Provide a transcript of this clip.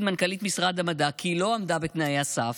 מנכ"לית משרד המדע כי היא לא עמדה בתנאי הסף,